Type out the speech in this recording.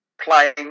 playing